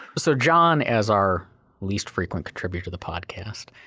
so john, as our least frequent contributor to the podcast,